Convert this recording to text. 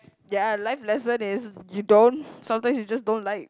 ya life lesson is you don't sometimes you just don't like